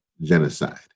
genocide